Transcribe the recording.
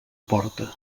porta